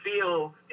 feel